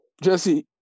Jesse